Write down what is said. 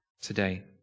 today